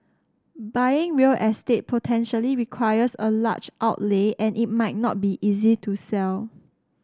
buying real estate potentially requires a large outlay and it might not be easy to sell